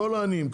כל העניים,